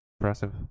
impressive